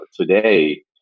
Today